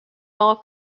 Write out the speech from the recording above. more